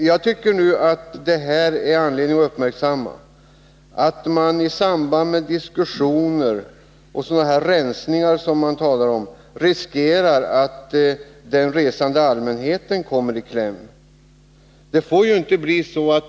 Jag tycker att det finns anledning att uppmärksamma att man i samband med dessa diskussioner och de rensningar man talar om riskerar att den resande allmänheten kommer i kläm.